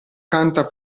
canta